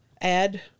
Add